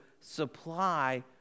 supply